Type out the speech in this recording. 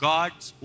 God's